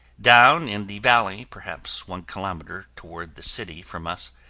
down in the valley, perhaps one kilometer toward the city from us,